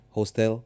Hostel